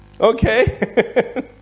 Okay